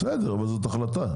בסדר, אבל זאת החלטה.